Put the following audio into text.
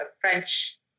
French